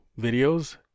videos